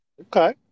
Okay